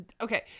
okay